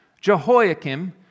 Jehoiakim